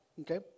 Okay